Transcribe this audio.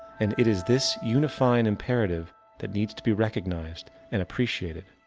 and it is this unifying imperative that needs to be recognized and appreciated.